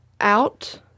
out